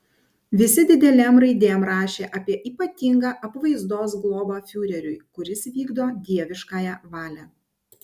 visi didelėm raidėm rašė apie ypatingą apvaizdos globą fiureriui kuris vykdo dieviškąją valią